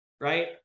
right